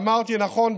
ואמרתי: נכון,